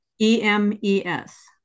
E-M-E-S